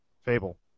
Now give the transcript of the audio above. Fable